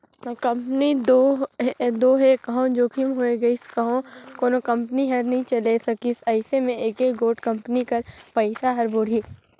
company दो हे कहों जोखिम होए गइस कहों कोनो कंपनी हर नी चले सकिस अइसे में एके गोट कंपनी कर पइसा हर बुड़ही